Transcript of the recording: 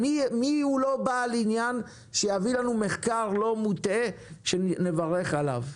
מי הוא לא בעל עניין שיביא לנו מחקר לא מוטעה שנברך עליו,